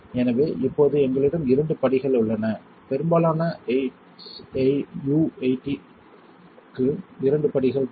எனவே இப்போது எங்களிடம் இரண்டு படிகள் உள்ளன பெரும்பாலான SU 8 க்கு இரண்டு படிகள் தேவை